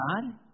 God